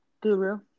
Guru